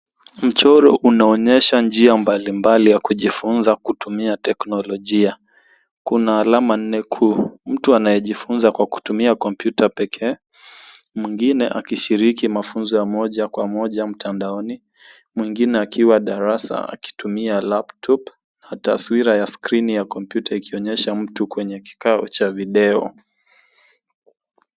Mchoro unaonyesha njia mbalimbali ya kujifunza kutumia teknolojia. Kuna alama nne kuu. Mtu anayejifunza kwa kutumia kompyuta pekee, mwingine akishiriki mafunzo ya moja kwa moja mtandaoni, mwingine akiwa darasa akitumia laptop na taswira ya skrini ya kompyuta ikionyesha mtu kwenye kikao cha video.